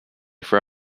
for